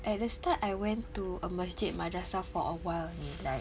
at the start I went to a masjid madrasah for awhile only like